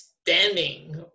standing